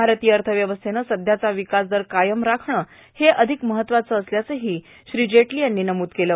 भारतीय अर्थव्यवस्थेनं सध्याचा विकासदर कायम राखणं हे अधिक महत्वाचं आहे असंही श्री जेटली यांनी नमूद केलं